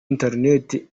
interinete